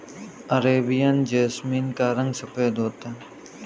Arabian jasmine का रंग सफेद होता है